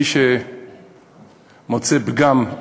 מי שמוצא פגם,